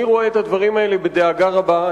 אני רואה את הדברים האלה בדאגה רבה.